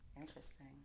interesting